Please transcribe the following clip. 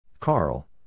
Carl